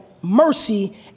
mercy